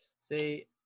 see